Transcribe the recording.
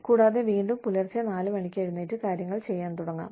കൂടാതെ വീണ്ടും പുലർച്ചെ 4 മണിക്ക് എഴുന്നേറ്റ് കാര്യങ്ങൾ ചെയ്യാൻ തുടങ്ങാം